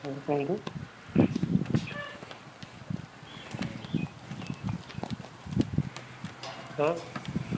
ଆଜ୍ଞା କୁହନ୍ତୁ ହଁ